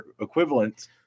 equivalent